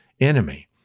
enemy